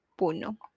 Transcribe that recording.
Puno